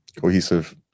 cohesive